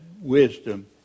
wisdom